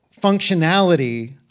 functionality